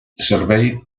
servei